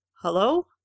Hello